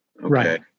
right